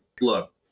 look